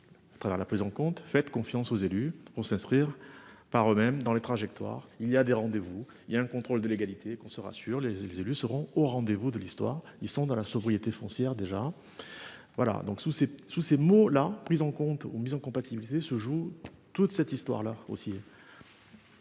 À travers la prise en compte fait confiance aux élus, on s'inscrire par eux-mêmes dans les trajectoires. Il y a des rendez-vous il y a un contrôle de légalité, qu'on se rassure, les les élus seront au rendez-vous de l'histoire. Ils sont dans la sobriété foncière déjà. Voilà donc sous ses sous ses mots la prise en compte ou mise en compatibilité se joue toute cette histoire là aussi.